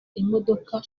imodoka